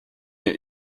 mir